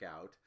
out